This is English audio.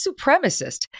supremacist